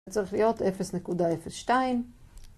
זה צריך להיות 0.02